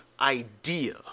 idea